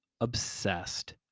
obsessed